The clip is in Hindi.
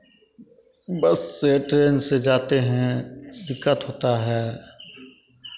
बस से ट्रेन से जाते हैं दिक्कत होता है